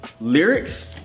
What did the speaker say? lyrics